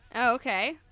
Okay